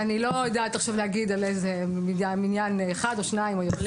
אני לא יודעת עכשיו להגיד אם זה על בניין אחד או שניים.